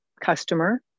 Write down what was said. customer